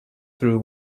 through